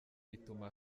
ituma